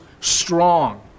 strong